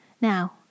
Now